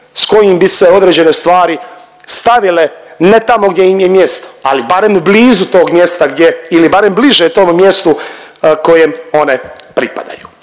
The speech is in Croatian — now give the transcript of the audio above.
s kojim bi se određene stvari stavile ne tamo gdje im je mjesto, ali barem blizu tog mjesta gdje ili barem bliže tom mjestu kojem one pripadaju.